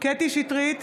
קטי קטרין שטרית,